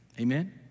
Amen